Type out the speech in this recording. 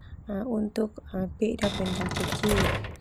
Untuk peda benda kecil.